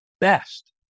best